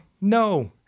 No